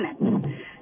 minutes